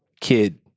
Kid